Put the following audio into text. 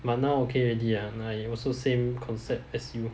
but now okay already ah I also same concept as you